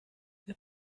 wir